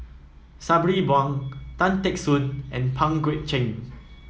Sabri Buang Tan Teck Soon and Pang Guek Cheng